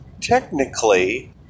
technically